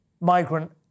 migrant